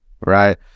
right